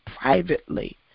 privately